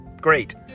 Great